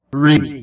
Three